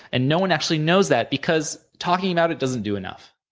and no one actually knows that, because talking about it doesn't do enough.